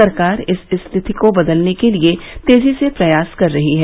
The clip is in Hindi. सरकार इस स्थिति को बदलने के लिए तेजी से प्रयास कर रही है